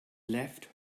left